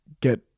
get